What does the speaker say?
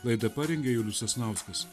laidą parengė julius sasnauskas